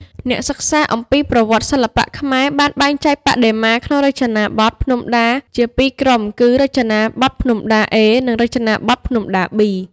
អ្នកសិក្សាអំពីប្រវត្តិសិល្បៈខ្មែរបានបែងចែកបដិមាក្នុងរចនាបថភ្នំដាជាពីរក្រុមគឺ រចនាបថភ្នំដា-A និង រចនាបថភ្នំដា-B។